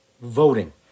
voting